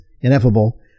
ineffable